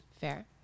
Fair